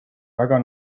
väga